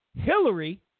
Hillary